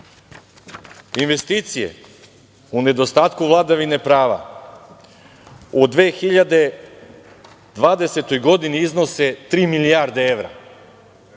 Investicije, u nedostatku vladavine prava, u 2020. godini iznose tri milijarde evra,